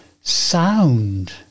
Sound